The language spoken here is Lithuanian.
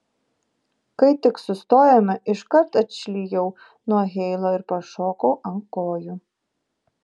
kai tik sustojome iškart atšlijau nuo heilo ir pašokau ant kojų